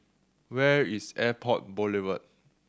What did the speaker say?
where is Airport Boulevard